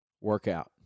workout